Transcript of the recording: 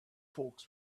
folks